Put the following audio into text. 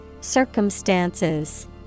Circumstances